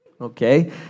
Okay